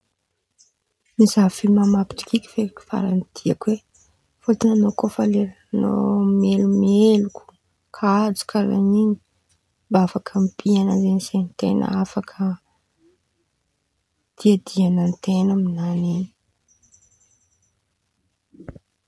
Mizaha filma mampitokiky feky faran̈y raha tiako e fôtiny an̈ao koa fa leran̈y an̈ao melomeloko, kajo karàha in̈y mba afaka mibihan̈a zen̈y sain̈y ten̈a, afaka diadian̈a ten̈a amin̈any in̈y.